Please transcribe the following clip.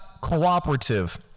cooperative